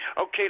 Okay